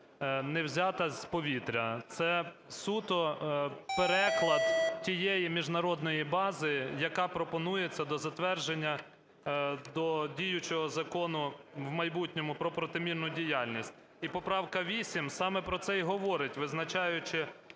не взята з повітря. Це суто переклад тієї міжнародної бази, яка пропонується до затвердження, до діючого закону в майбутньому про протимінну діяльність. І поправка 8 саме про це і говорить, визначаючи